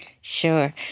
Sure